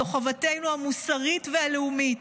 זו חובתנו המוסרית והלאומית,